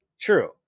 True